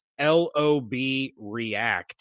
LOBREact